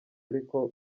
ariko